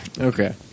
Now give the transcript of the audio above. Okay